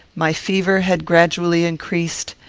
my fever had gradually increased,